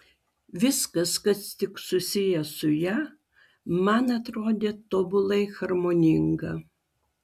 viskas kas tik susiję su ja man atrodė tobulai harmoninga